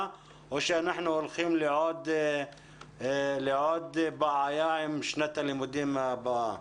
או שאנחנו הולכים לעוד בעיה עם שנת הלימודים הבאה.